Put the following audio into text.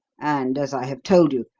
and, as i have told you,